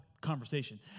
conversation